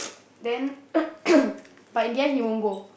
then but in the end he won't go